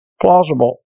plausible